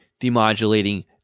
demodulating